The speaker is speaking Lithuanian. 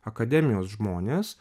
akademijos žmonės